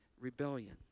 rebellion